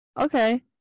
Okay